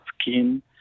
skin